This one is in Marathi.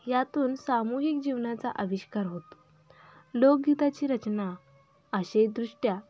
यातून सामूहिक जीवनाचा आविष्कार होतो लोकगीताची रचना असे दृष्ट्या